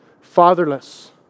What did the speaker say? Fatherless